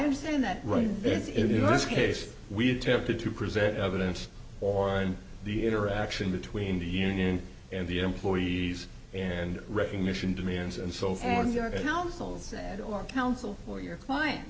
understand that right there is in this case we attempted to present evidence or in the interaction between the union and the employees and recognition demands and so forth your households and or counsel for your client